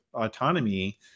autonomy